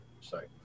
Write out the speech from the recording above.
sorry